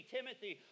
Timothy